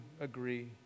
agree